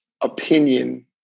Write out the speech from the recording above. opinion